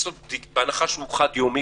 בהנחה שהוא חד יומי,